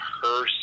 person